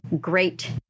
great